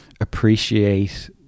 appreciate